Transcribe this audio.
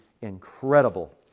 incredible